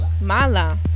Mala